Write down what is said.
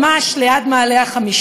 ממש ליד מעלה-החמישה,